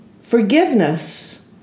Forgiveness